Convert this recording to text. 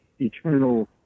eternal